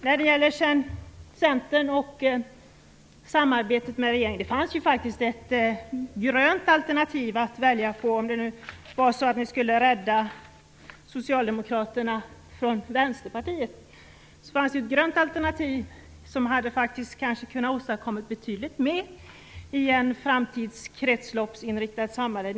När det gäller Centern och samarbetet med regeringen fanns det faktiskt ett grönt alternativ att välja, om ni nu skulle rädda Socialdemokraterna från Vänsterpartiet. Då hade man kanske kunnat åstadkomma betydligt mer i ett framtida kretsloppsinriktat samhälle.